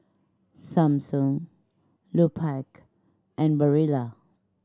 Samsung Lupark and Barilla